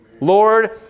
Lord